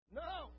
no